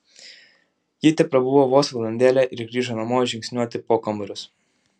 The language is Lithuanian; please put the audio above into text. ji teprabuvo vos valandėlę ir grįžo namo žingsniuoti po kambarius